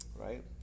right